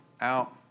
out